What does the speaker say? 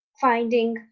finding